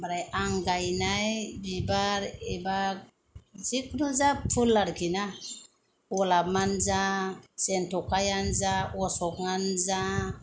ओमफ्राय आं गायनाय बिबार एबा जिखुनु जा फुल आरखि ना गलाब आनो जा जेन्थ'खायानो जा अशक आनो जा